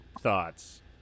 thoughts